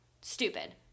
Stupid